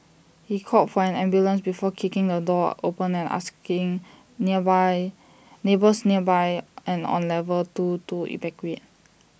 he called for an ambulance before kicking the door open and asking nearby neighbours nearby and on level two to evacuate